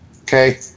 Okay